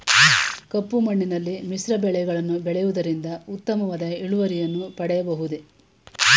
ಕಪ್ಪು ಮಣ್ಣಿನಲ್ಲಿ ಮಿಶ್ರ ಬೆಳೆಗಳನ್ನು ಬೆಳೆಯುವುದರಿಂದ ಉತ್ತಮವಾದ ಇಳುವರಿಯನ್ನು ಪಡೆಯಬಹುದೇ?